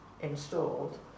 installed